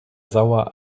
sauer